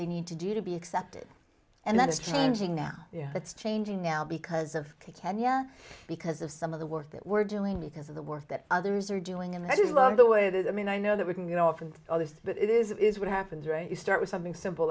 they need to do to be accepted and that is changing now it's changing now because of kenya because of some of the work that we're doing because of the work that others are doing and i just love the way that i mean i know that we can go off and all this but it is what happens when you start with something simple